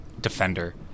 defender